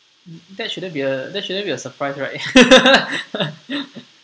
that shouldn't be a that shouldn't be a surprise right